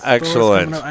Excellent